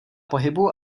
pohybu